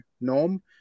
norm